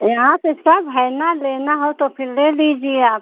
यहाँ पर सब है ना लेना हो तो फिर ले लीजिए आप